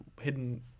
Hidden